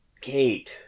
Kate